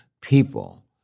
people